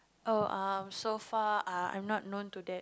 oh um so far uh I'm not known to that